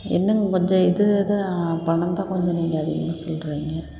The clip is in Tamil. என்னங்க கொஞ்சம் இது இது பணத்தை கொஞ்சம் நீங்கள் அதிகமாக சொல்லுறீங்க